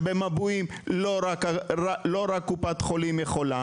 שביישוב מבועים לא רק קופת חולים יכולה